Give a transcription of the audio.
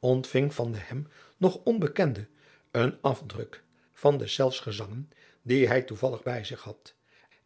ontving van den hem nog onbekenden een afdruk van deszelfs gezangen dien hij toevallig bij zich had